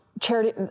charity